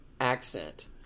accent